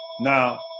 Now